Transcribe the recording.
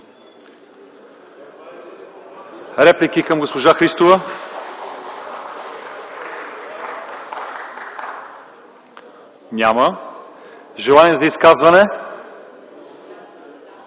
Реплики към госпожа Христова? Няма. Желания за изказвания?